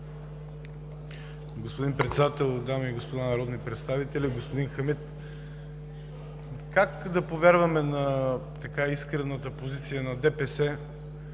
Господин Председател, дами и господа народни представители! Господин Хамид, как да повярваме на искрената позиция на ДПС,